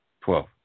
Twelve